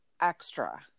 extra